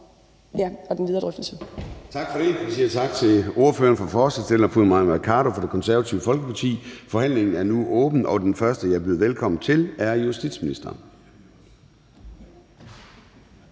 Formanden (Søren Gade): Tak for det. Vi siger tak til ordføreren for forslagsstillerne, fru Mai Mercado fra Det Konservative Folkeparti. Forhandlingen er nu åben, og den første, jeg byder velkommen til, er justitsministeren.